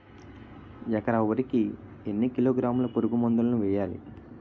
ఎకర వరి కి ఎన్ని కిలోగ్రాముల పురుగు మందులను వేయాలి?